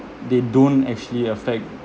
they don't actually affect